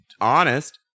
honest